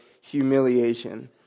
humiliation